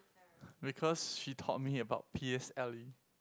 because she taught me about p_s_l_e